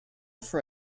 for